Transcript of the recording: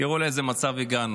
תראו לאיזה מצב הגענו.